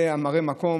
זה מראה מקום.